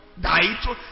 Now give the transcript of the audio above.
died